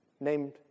named